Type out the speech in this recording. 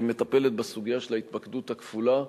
שמטפלת בסוגיה של ההתפקדות הכפולה.